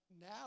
now